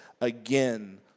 again